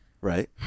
Right